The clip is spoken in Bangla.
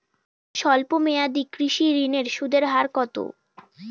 স্বল্প মেয়াদী কৃষি ঋণের সুদের হার কত?